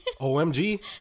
OMG